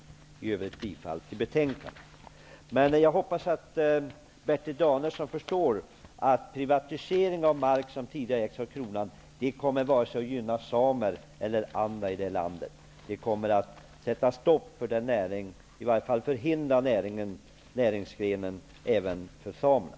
I övrigt yrkar jag bifall till hemställan i betänkandet. Jag hoppas att Bertil Danielsson förstår att en privatisering av mark som tidigare ägts av Kronan inte gynnar vare sig samer eller några andra i vårt land. Privatiseringen kommer i varje fall att hindra näringsverksamhet. Detta gäller även samerna.